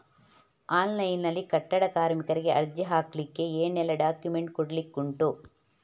Online ನಲ್ಲಿ ಕಟ್ಟಡ ಕಾರ್ಮಿಕರಿಗೆ ಅರ್ಜಿ ಹಾಕ್ಲಿಕ್ಕೆ ಏನೆಲ್ಲಾ ಡಾಕ್ಯುಮೆಂಟ್ಸ್ ಕೊಡ್ಲಿಕುಂಟು?